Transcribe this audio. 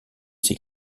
ses